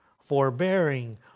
Forbearing